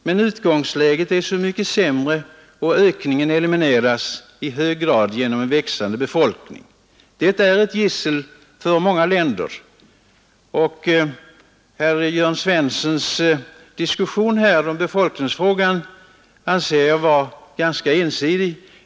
Men utgångsläget är så mycket sämre och ökningen elimineras i hög grad genom en växande befolkning — ett gissel för många länder. Och herr Jörn Svenssons resonemang här om befolkningsfrågan anser jag vara ganska ensidigt.